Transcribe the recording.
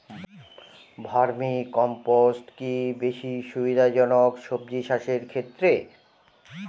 Vermi compost কি বেশী সুবিধা জনক সবজি চাষের ক্ষেত্রে?